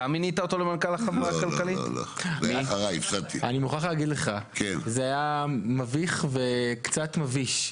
אני מוכרח להגיד לך: זה היה מביך וקצת מביש.